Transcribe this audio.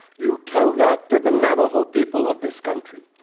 you tell that to the navajo people of this country.